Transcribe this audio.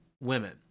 women